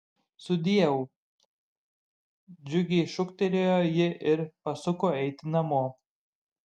sudieu džiugiai šūktelėjo ji ir pasuko eiti namo